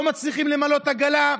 לא מצליחים למלא עגלה.